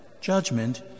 judgment